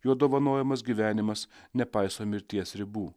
jo dovanojamas gyvenimas nepaiso mirties ribų